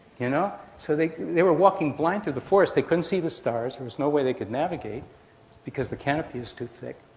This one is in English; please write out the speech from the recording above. you know so they they were walking blind through the forest, they couldn't see the stars, there was no way they could navigate because the canopy was too thick.